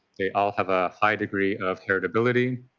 they all have a high degree of heritability.